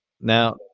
Now